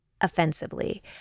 offensively